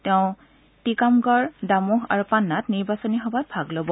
তেওঁ তিকামগড় দামোহ আৰু পান্নাত নিৰ্বাচনী সভাত ভাগ ল'ব